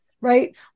Right